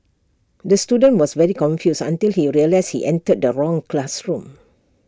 the student was very confused until he realised he entered the wrong classroom